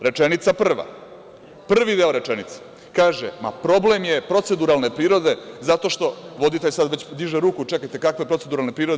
Rečenica prva, prvi deo rečenice, kaže – Problem je proceduralne prirode, zato što, voditelj sad već diže ruku – čekajte, kakve proceduralne prirode?